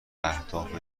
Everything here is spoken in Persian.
اهداف